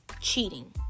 cheating